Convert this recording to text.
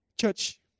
Church